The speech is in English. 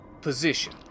position